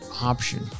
option